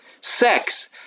sex